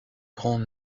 grand